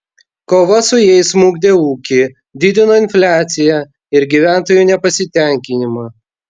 kova su jais smukdė ūkį didino infliaciją ir gyventojų nepasitenkinimą